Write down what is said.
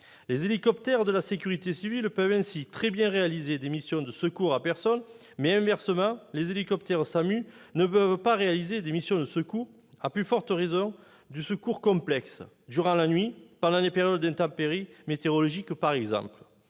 Les hélicoptères de la sécurité civile peuvent très bien réaliser des missions de secours à personne. Mais, inversement, les hélicoptères SAMU ne peuvent pas effectuer de missions de secours, à plus forte raison de secours complexe : durant la nuit, pendant des périodes d'intempéries météorologiques, par exemple.